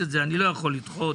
אני לא יכול לדחות,